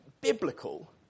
biblical